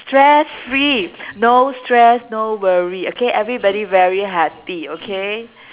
stress free no stress no worry okay everybody very happy okay